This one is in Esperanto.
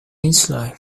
insuloj